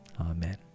amen